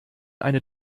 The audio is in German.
eine